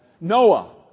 Noah